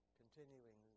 continuing